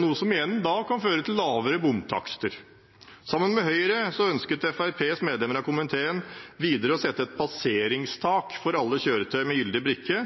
noe som igjen kan føre til lavere bomtakster. Sammen med Høyre ønsket Fremskrittspartiets medlemmer av komiteen videre å sette et passeringstak for alle kjøretøy med gyldig brikke